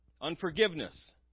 Unforgiveness